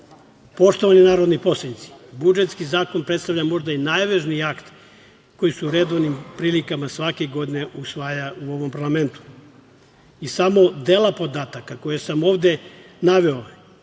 svrhe. Poštovani narodni poslanici, budžetski zakon predstavlja možda i najvažniji akt koji se u redovnim prilikama svake godine usvaja u parlamentu. Samo dela podataka koje sam ovde naveo,